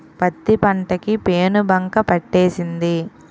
పత్తి పంట కి పేనుబంక పట్టేసింది